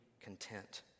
content